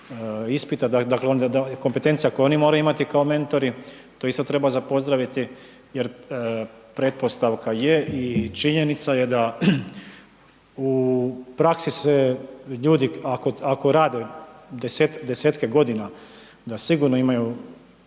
ispita, dakle kompetencije koje oni moraju imati kao mentori, to isto treba za pozdraviti jer pretpostavka je i činjenica je da u praksi se ljudi ako rade desetke godina, da sigurno imaju